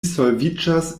solviĝas